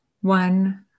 One